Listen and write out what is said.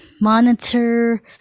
monitor